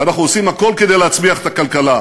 ואנחנו עושים הכול כדי להצמיח את הכלכלה.